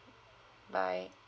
bye